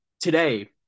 today